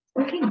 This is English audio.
Okay